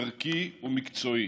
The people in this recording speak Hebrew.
ערכי ומקצועי.